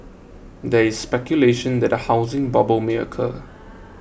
there is speculation that a housing bubble may occur